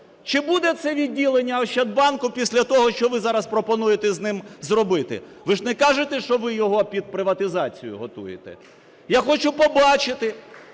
Чи буде це відділення Ощадбанку після того, що ви зараз пропонуєте з ним зробити? Ви ж не кажете, що ви його під приватизацію готуєте? Я хочу побачити,